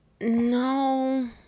No